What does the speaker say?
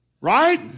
Right